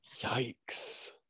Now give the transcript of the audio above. yikes